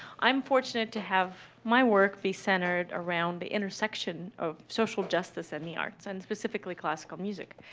i'm fortunate to have my work be centered around the intersection of social justice in the arts, and specifically classical music.